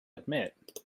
admit